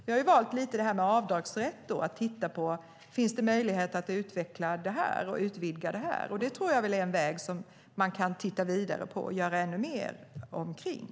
Vi har valt att titta på det här med avdragsrätt, om det finns möjlighet att utveckla och utvidga detta. Det tror jag är en väg som man kan titta vidare på och göra ännu mer omkring.